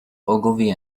ogilvy